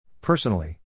Personally